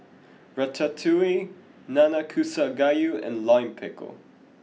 Ratatouille Nanakusa Gayu and Lime Pickle